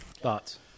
Thoughts